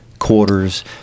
quarters